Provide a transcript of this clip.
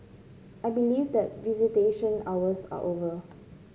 I believe that visitation hours are over